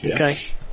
Okay